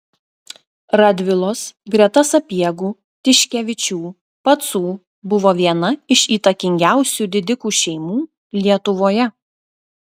radvilos greta sapiegų tiškevičių pacų buvo viena iš įtakingiausių didikų šeimų lietuvoje